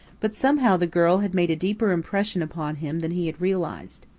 but somehow the girl had made a deeper impression upon him than he had realised.